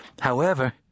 However